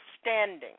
standing